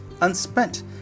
unspent